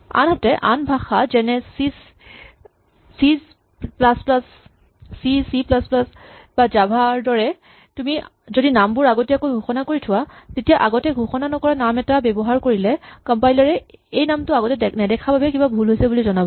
আনহাতে আন ভাষা যেনে চি চি প্লাচ প্লাচ বা জাভা ৰ দৰে তুমি যদি নামবোৰ আগতীয়াকৈ ঘোষণা কৰি থোৱা তেতিয়া আগতে ঘোষণা নকৰা নাম এটা ব্যৱহাৰ কৰিলে কমপাইলাৰ এ এইটো নাম আগতে নেদেখা বাবে কিবা ভুল হৈছে বুলি জনাব